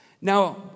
Now